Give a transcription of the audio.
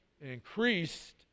Increased